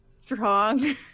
strong